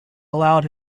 allowed